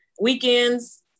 Weekends